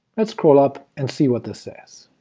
let's scroll up and see what this says.